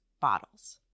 bottles